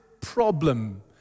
problem